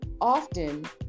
Often